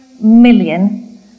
million